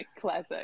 classic